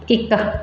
ਇੱਕ